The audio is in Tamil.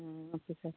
ah okay sir